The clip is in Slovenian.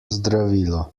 zdravilo